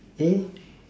yeah